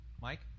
Mike